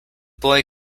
boy